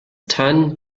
tan